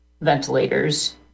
ventilators